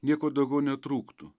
nieko daugiau netrūktų